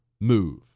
move